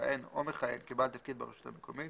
לכהן או מכהן כבעל תפקיד ברשות המקומית,